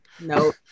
No